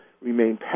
Remain